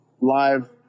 live